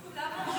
הזה.